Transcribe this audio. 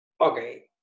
Okay